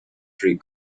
free